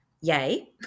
Yay